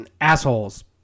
Assholes